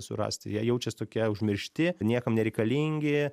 surasti jie jaučias tokie užmiršti niekam nereikalingi